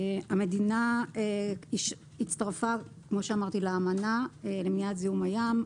המדינה הצטרפה לאמנה למניעת זיהום הים.